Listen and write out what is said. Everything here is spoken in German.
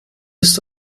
ist